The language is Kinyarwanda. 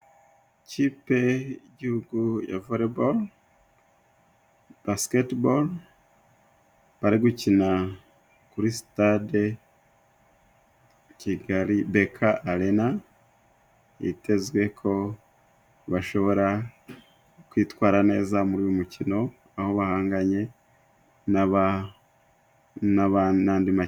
Ikipe y'igihugu ya volebolo, basiketibolo bari gukina kuri sitade Kigali Beka Arena yitezwe ko bashobora kwitwara neza muri uyu mukino aho bahanganye n'andi makipe.